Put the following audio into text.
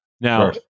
Now